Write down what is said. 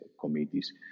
committees